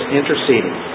interceding